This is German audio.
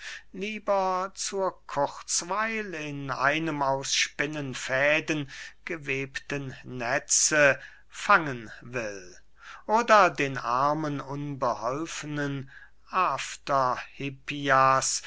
lieber zur kurzweil in einem aus spinnenfäden gewebten netze fangen will oder den armen unbeholfenen afterhippias